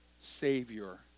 Savior